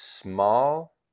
small